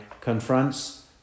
confronts